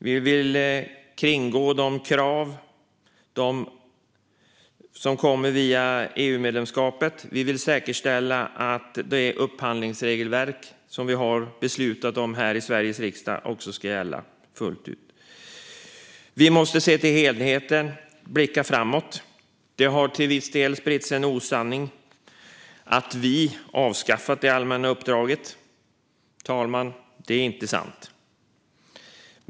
Vi vill kringgå de krav som kommer via EU-medlemskapet. Vi vill säkerställa att det upphandlingsregelverk som vi har beslutat om här i Sveriges riksdag också ska gälla fullt ut. Vi måste se till helheten och blicka framåt. Det har till viss del spridits en osanning om att vi har avskaffat det allmänna uppdraget. Det är inte sant, fru talman.